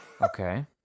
Okay